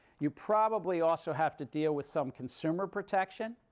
you probably also have to deal with some consumer protection.